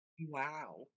Wow